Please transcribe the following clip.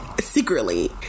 secretly